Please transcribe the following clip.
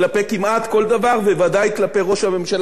וודאי כלפי ראש הממשלה והממשלה הנוכחית.